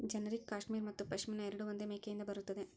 generic cashmere ಮತ್ತು ಪಶ್ಮಿನಾ ಎರಡೂ ಒಂದೇ ಮೇಕೆಯಿಂದ ಬರುತ್ತದೆ